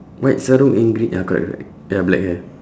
white sarung and green ya correct correct ya black hair